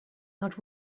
not